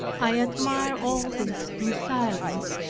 i admired all this in silence,